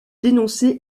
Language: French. dénoncé